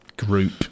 Group